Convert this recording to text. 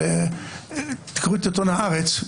תקראו את עיתון הארץ,